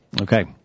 okay